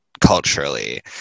culturally